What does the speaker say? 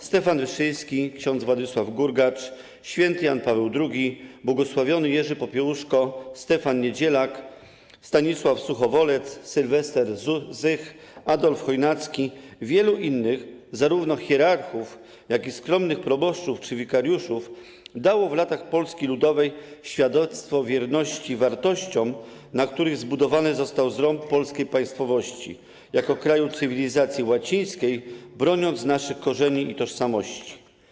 Stefan Wyszyński, ks. Władysław Gurgacz, św. Jan Paweł II, bł. Jerzy Popiełuszko, Stefan Niedzielak, Stanisław Suchowolec, Sylwester Zych, Adolf Chojnacki i wielu innych, zarówno hierarchów, jak i skromnych proboszczów czy wikariuszów, dali w latach Polski Ludowej świadectwo wierności wartościom, na których zbudowany został zrąb polskiej państwowości jako kraju cywilizacji łacińskiej, broniąc naszych korzeni i tożsamości.